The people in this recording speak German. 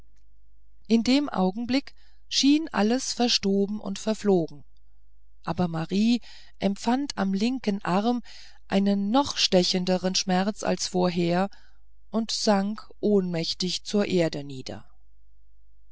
in dem augenblick schien alles verstoben und verflogen aber marie empfand am linken arm einen noch stechendern schmerz als vorher und sank ohnmächtig zur erde nieder